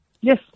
yes